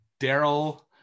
Daryl